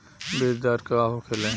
बीजदर का होखे?